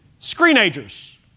screenagers